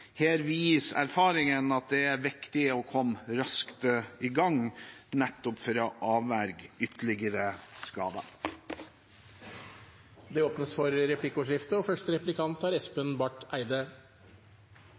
Her viser erfaringene at det er viktig å komme raskt i gang, nettopp for å avverge ytterligere skader. Det blir replikkordskifte.